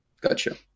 gotcha